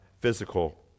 physical